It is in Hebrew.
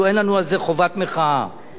דברים כאלה, כבר זמן רב לא שמענו.